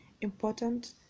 important